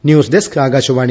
news desk Akashvani